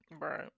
Right